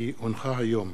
כי הונחו היום